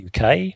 uk